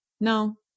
No